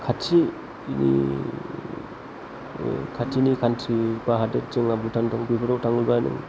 खाथिनि काउन्ट्रि बा हादोर जोंहा भुटान दं बेफोराव थाङोबा नों